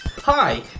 Hi